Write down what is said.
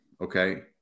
okay